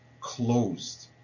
closed